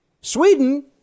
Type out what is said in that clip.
Sweden